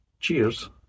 Cheers